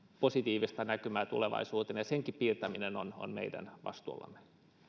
positiivista näkymää tulevaisuuteen ja senkin piirtäminen on on meidän vastuullamme